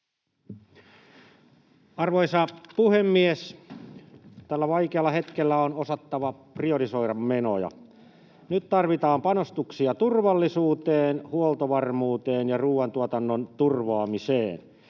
Arvoisa puhemies! Tällä vaikealla hetkellä on osattava priorisoida menoja. [Ben Zyskowicz: Tästä on kysymys!] Nyt tarvitaan panostuksia turvallisuuteen, huoltovarmuuteen ja ruoantuotannon turvaamiseen,